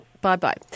Bye-bye